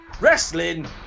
wrestling